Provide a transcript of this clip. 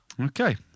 Okay